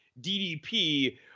DDP